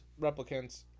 replicants